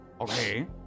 Okay